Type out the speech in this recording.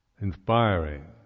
inspiring